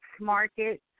markets